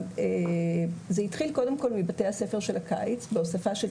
זה התחיל מבתי הספר של הקיץ בהוספה של